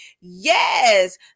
yes